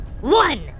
One